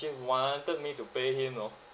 actually wanted me to pay him you know